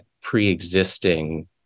pre-existing